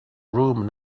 room